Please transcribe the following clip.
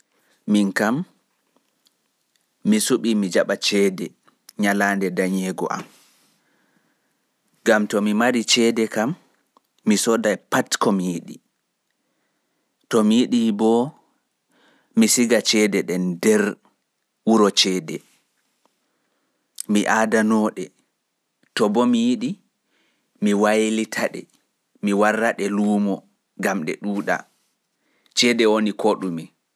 Ndikka mi jaɓa ceede nyalaande danyeego am gam to mi mari cede to junngo am mi foti mi soda pat ko mi yiɗi, to mi yiɗi bo mi resa ɗe gam jaango.